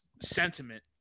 sentiment